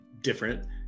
different